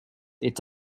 est